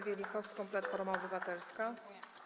Wielichowską, Platforma Obywatelska.